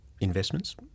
Investments